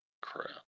crap